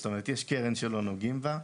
זאת אומרת יש קרן שלא נוגעים בה,